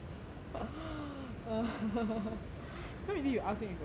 I can't believe you asked me if it was real